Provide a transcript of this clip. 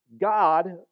God